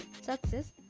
success